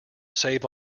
save